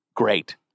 great